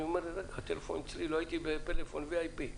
אני אומר: הטלפון אצלי, לא הייתי בפלאפון VIP,